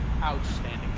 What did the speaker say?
Outstanding